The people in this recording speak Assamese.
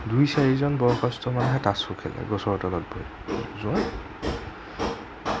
দুই চাৰিজন বয়সষ্ঠ মানুহে তাছো খেলে গছৰ তলত বহি